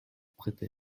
prêter